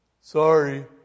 Sorry